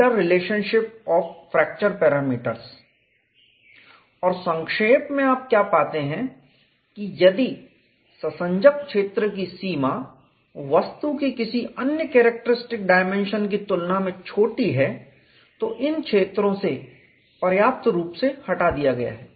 interrelationship of fracture parameters और संक्षेप में आप क्या पाते हैं कि यदि ससंजक क्षेत्र की सीमा वस्तु की किसी अन्य कैरेक्टरिस्टिक डायमेंशन की तुलना में छोटी है तो इन क्षेत्रों से पर्याप्त रूप से हटा दिया गया है